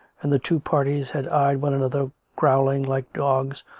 and the two parties had eyed one another, growling like dogs,